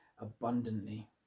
abundantly